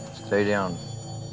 stay down.